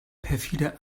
perfide